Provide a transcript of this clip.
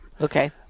Okay